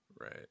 Right